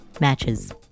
matches